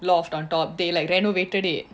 loft on top they like renovated it